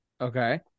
Okay